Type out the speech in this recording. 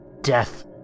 death